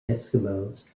eskimos